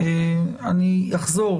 אני אחזור,